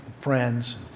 friends